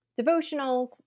devotionals